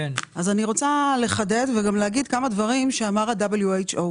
אני רוצה לחדד וגם לומר כמה דברים שאמר ה-WHO.